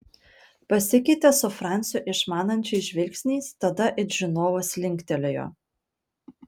pasikeitė su franciu išmanančiais žvilgsniais tada it žinovas linktelėjo